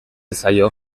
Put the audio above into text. zaio